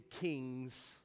kings